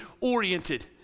oriented